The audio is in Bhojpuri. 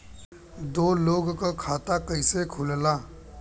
दो लोगक खाता कइसे खुल्ला?